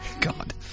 God